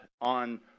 on